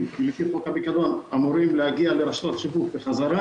לפי חוק הפיקדון ואמורים להגיע לרשתות השיווק בחזרה,